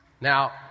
Now